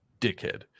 Dickhead